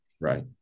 Right